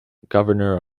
governor